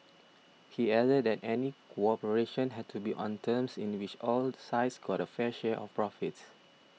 he added that any cooperation had to be on terms in which all sides got a fair share of profits